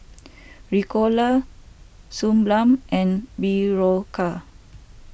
Ricola Suu Balm and Berocca